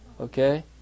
Okay